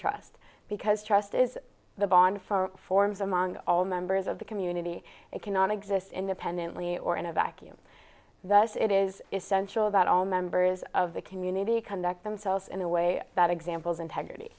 trust because trust is the bond for forms among all members of the community it cannot exist independently or in a vacuum thus it is essential about all members of the community conduct themselves in a way that examples integrity